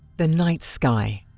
the night sky.